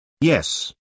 Yes